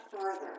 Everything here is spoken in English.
further